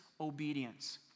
obedience